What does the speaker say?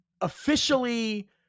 officially